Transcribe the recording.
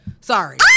Sorry